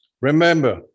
Remember